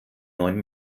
neuen